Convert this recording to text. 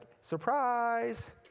Surprise